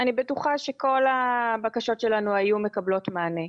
אני בטוחה שכל הבקשות שלנו היו מקבלות מענה.